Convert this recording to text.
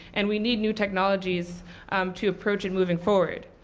and we need new technologies to approach in moving forward.